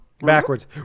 Backwards